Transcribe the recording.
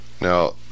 now